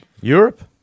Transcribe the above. Europe